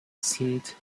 seemed